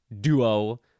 duo